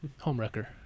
homewrecker